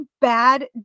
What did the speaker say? bad